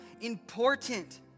important